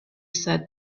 said